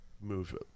move